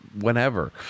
whenever